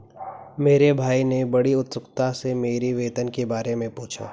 मेरे भाई ने बड़ी उत्सुकता से मेरी वेतन के बारे मे पूछा